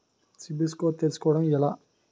CIBIL score తెల్సుకోటం ఎలా?